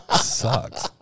Sucks